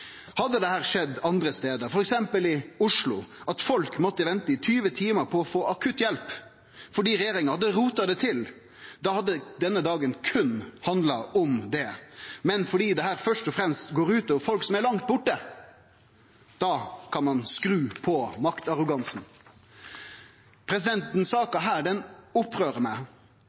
Hadde det skjedd andre stadar, f.eks. i Oslo, at folk måtte vente i 20 timar på å få akutt hjelp fordi regjeringa hadde rota det til, hadde denne dagen handla om berre det. Men fordi dette først og fremst går ut over folk som er langt borte, kan ein skru på maktarrogansen. Denne saka opprører meg.